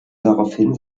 daraufhin